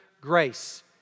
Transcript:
grace